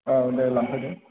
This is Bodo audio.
औ दे लांफैदो